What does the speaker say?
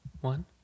one